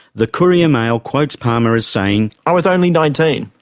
the courier-mail quotes palmer as saying, i was only nineteen.